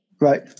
Right